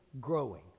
growing